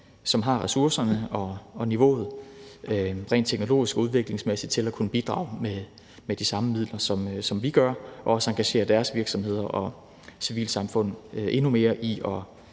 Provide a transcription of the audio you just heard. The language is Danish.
som har ressourcerne og niveauet rent teknologisk og udviklingsmæssigt til at kunne bidrage med de samme midler, som vi gør, og som også engagerer deres virksomheder og civilsamfund endnu mere i at,